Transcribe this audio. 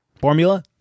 formula